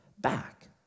back